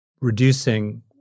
reducing